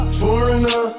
foreigner